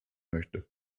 möchte